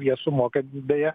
jie sumoka beje